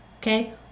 okay